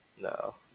No